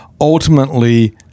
ultimately